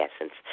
essence